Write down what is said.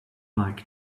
like